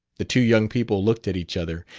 the two young people looked at each other.